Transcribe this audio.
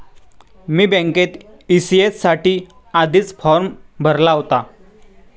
मी बँकेत ई.सी.एस साठी आधीच फॉर्म भरला होता